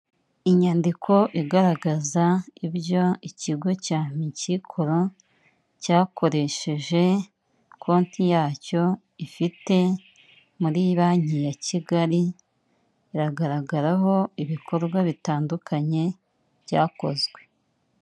Inyandiko igaragaza ibyo ikigo cya Ameki Color cyakoresheje konti yacyo ifite muri banki ya Kigali, iragaragaraho ibikorwa bitandukanye byakozwe.